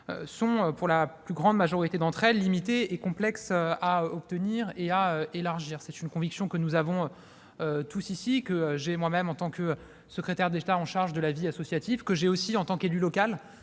sont, pour la grande majorité d'entre elles, limitées et complexes à obtenir et à élargir. Cette conviction, nous l'avons tous ici ; je la partage, en tant que secrétaire d'État chargé de la vie associative, mais aussi en tant qu'élu local,